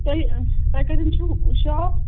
تۄہہِ ہٕنٛہ تۄہہِ کَتنَس چھُو شاپ